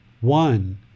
One